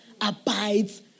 abides